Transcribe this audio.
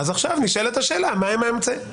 עכשיו נשאלת השאלה מהם האמצעים.